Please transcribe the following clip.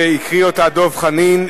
שהקריא אותה דב חנין.